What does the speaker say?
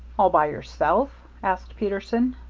all by yourself? asked peterson.